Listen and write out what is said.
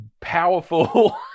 powerful